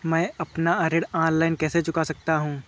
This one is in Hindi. मैं अपना ऋण ऑनलाइन कैसे चुका सकता हूँ?